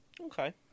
Okay